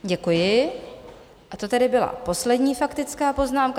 Děkuji, a to tedy byla poslední faktická poznámka.